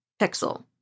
Pixel